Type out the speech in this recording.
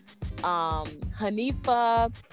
Hanifa